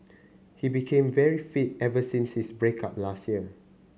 he became very fit ever since his break up last year